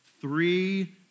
Three